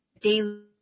daily